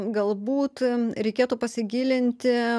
galbūt reikėtų pasigilinti